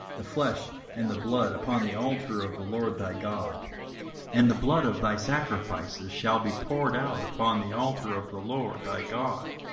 the flesh and the blood, upon the altar of the lord thy god and the blood of thy sacrifices shall be poured out upon the altar of the lord thy god,